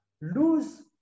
Lose